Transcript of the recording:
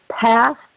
past